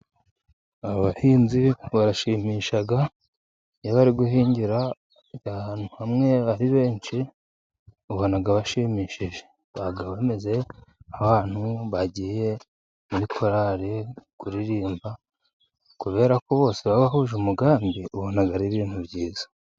Abahinzi barashimisha iyo bari guhingira ahantu hamwe ari benshi ubona bashimishije. Baba bameze ahantu bagiye muri korali kuririmba, kubera ko bose bahuje umugambi ubona ari ibintu byiza.